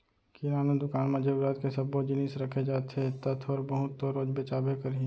किराना दुकान म जरूरत के सब्बो जिनिस रखे जाथे त थोर बहुत तो रोज बेचाबे करही